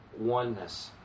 oneness